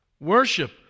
Worship